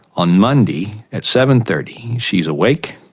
on monday at seven thirty she's awake,